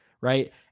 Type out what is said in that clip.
right